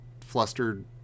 flustered